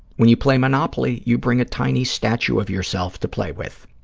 when you play monopoly, you bring a tiny statue of yourself to play with.